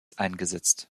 eingesetzt